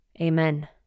Amen